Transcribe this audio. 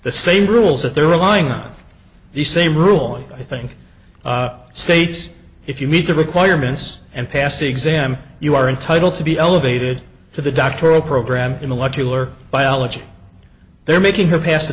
the same rules that they're relying on the same rule and i think states if you meet the requirements and pass exam you are entitled to be elevated to the doctoral program intellectual or biology they're making her pass the